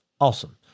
awesome